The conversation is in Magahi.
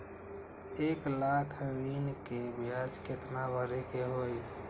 एक लाख ऋन के ब्याज केतना भरे के होई?